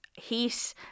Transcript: heat